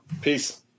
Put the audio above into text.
Peace